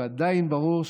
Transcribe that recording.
ועדיין ברור,